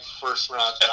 first-round